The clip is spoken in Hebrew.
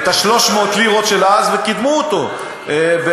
את 300 הלירות של אז וקידמו אותן בערכים.